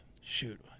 shoot